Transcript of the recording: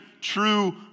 true